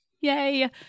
Yay